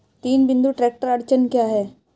तीन बिंदु ट्रैक्टर अड़चन क्या है?